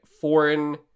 foreign